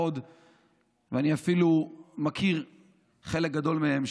אני אפילו מכיר חלק גדול מהן,